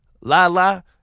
Lala